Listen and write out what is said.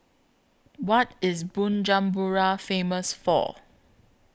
What IS Bujumbura Famous For